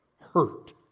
hurt